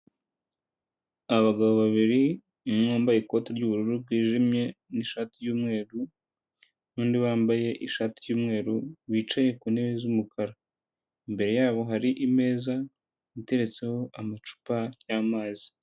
Abagabo babiri umwe wambaye ikoti ry'ubururu bwijimye n'ishati y'umweru, n'undi wambaye ishati y'umweru wicaye ku ntebe z'umukara, imbere yabo hari imeza iteretseho amacupa y'amazi.